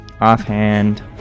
Offhand